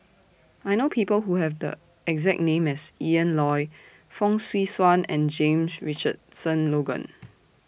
I know People Who Have The exact name as Ian Loy Fong Swee Suan and James Richardson Logan